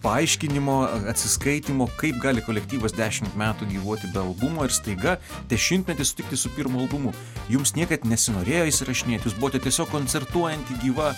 paaiškinimo atsiskaitymo kaip gali kolektyvas dešimt metų gyvuoti be albumo ir staiga dešimtmetis tiktai su pirmu albumu jums niekad nesinorėjo įsirašinėti jūs buvote tiesiog koncertuojanti gyva